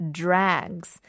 drags